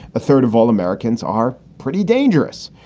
a third of all americans are pretty dangerous.